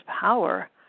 power